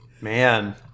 Man